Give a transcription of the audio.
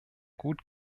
gut